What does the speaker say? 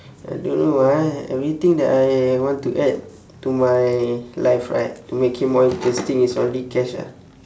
I don't know ah everything that I want to add to my life right to make it more interesting is only cash ah